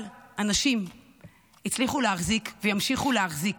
אבל הנשים הצליחו להחזיק, וימשיכו להחזיק,